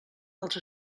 dels